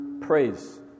praise